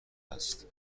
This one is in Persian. است